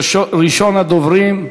ראשון הדוברים,